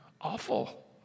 awful